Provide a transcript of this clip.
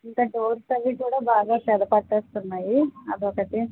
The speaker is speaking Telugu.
ఇంకా డోర్స్ అవి కూడా బాగా చెద పట్టేస్తున్నాయి అదొకటి